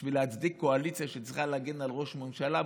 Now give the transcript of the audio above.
בשביל להצדיק קואליציה שצריכה להגן על ראש ממשלה,